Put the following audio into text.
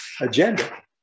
agenda